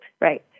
right